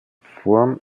form